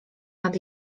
nad